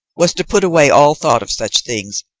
was to put away all thought of such things,